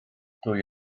ddwy